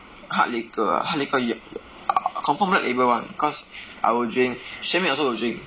hard liquor ah hard liquor you confirm black label [one] cause I will drink xue mei also will drink